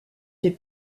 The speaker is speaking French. fait